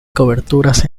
cobertura